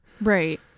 Right